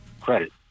credit